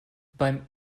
beim